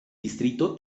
distrito